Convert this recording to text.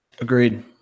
Agreed